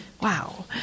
wow